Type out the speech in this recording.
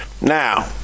Now